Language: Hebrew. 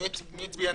הקרוב.